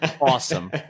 awesome